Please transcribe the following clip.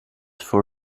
for